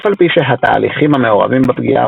אף על פי שהתהליכים המעורבים בפגיעה